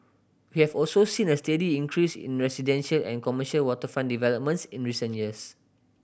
we have also seen a steady increase in residential and commercial waterfront developments in recent years